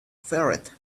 ferret